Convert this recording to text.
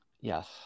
Yes